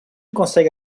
consegue